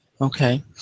Okay